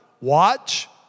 Watch